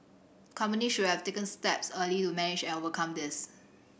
company should have taken steps early to manage and overcome this